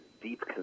deep